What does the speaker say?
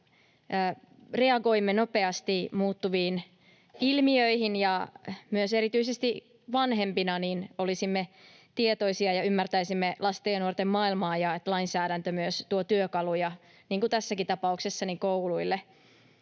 reagoimme nopeasti muuttuviin ilmiöihin ja erityisesti vanhempina olisimme tietoisia ja ymmärtäisimme lasten ja nuorten maailmaa ja sitä, että lainsäädäntö myös tuo työkaluja, niin kuin tässäkin tapauksessa, kouluille